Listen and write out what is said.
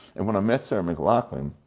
and when i met sarah mclachlan,